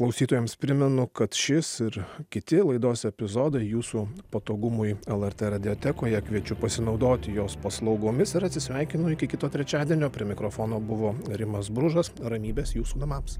klausytojams primenu kad šis ir kiti laidos epizodai jūsų patogumui lrt radiotekoje kviečiu pasinaudoti jos paslaugomis ir atsisveikinu iki kito trečiadienio prie mikrofono buvo rimas bružas ramybės jūsų namams